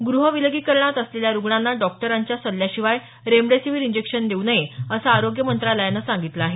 गृह विलगीकरणात असलेल्या रुग्णांना डॉक्टरांच्या सल्ल्याशिवाय रेमडेसीवीर इंजेक्शन देऊ नये असं आरोग्य मंत्रालयानं सांगितलं आहे